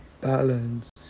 balance